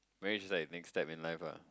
marriage is like big step in life ah